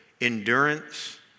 endurance